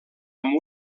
amb